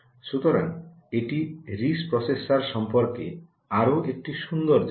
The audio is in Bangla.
সুতরাং এটি আরআইএসসি প্রসেসর সম্পর্কে আরও একটি সুন্দর জিনিস